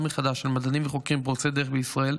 מחדש של מדענים וחוקרים פורצי דרך בישראל,